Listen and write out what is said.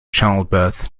childbirth